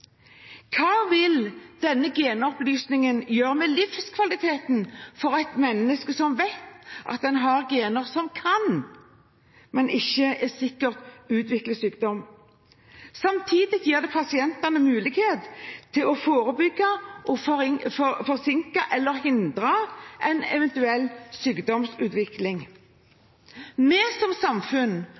Hva vil denne genopplysningen gjøre med livskvaliteten for et menneske som vet at en har gener som kan utvikle, men som ikke sikkert utvikler, sykdom? Samtidig gir det pasientene mulighet til å forebygge og forsinke eller hindre en eventuell sykdomsutvikling. Vi som samfunn